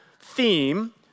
theme